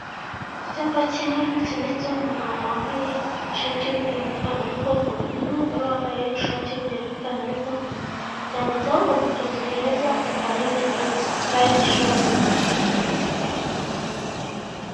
Icyapa kinini cyanditseho umugabo wambaye ishati y'umweru n'ipantaro y'ikoboyi n'umugore wambaye ishati y'umweru n'ipantaro y'ikoboyi cyanditseho ngo mutuze heza uharinde neza, purayimu insuwarensi.